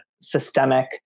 systemic